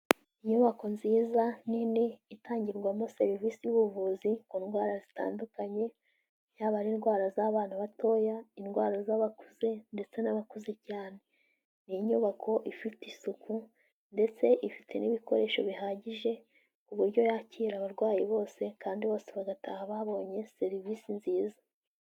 Inyubako nziza nini itangirwamo serivisi y'ubuvuzi ku ndwara zitandukanye yaba ari indwara z'abana batoya, indwara z'abakuze, ndetse n'abakuze cyane. Ni inyubako ifite isuku ndetse ifite n'ibikoresho bihagije ku buryo yakira abarwayi bose kandi bose bagataha babonye serivisi nziza.